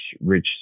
rich